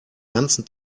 ganzen